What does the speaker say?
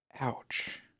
Ouch